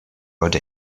rud